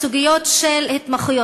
בסוגיות של התמחויות.